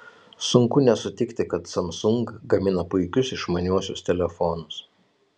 sunku nesutikti kad samsung gamina puikius išmaniuosius telefonus